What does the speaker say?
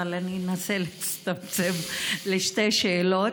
אבל אני אנסה להצטמצם לשתי שאלות.